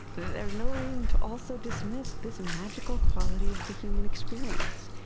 there's no reason to also dismiss this magical quality of the human experience.